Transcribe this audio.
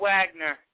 Wagner